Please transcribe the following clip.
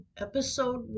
Episode